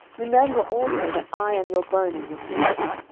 remember also that i am your bone and your flesh.